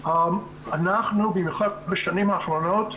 אנחנו במיוחד בשנים האחרונות,